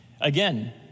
Again